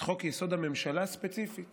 את חוק-יסוד: הממשלה ספציפית